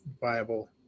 viable